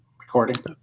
Recording